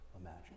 imagine